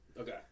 Okay